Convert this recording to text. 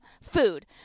Food